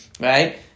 Right